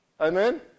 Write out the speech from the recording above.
Amen